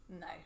No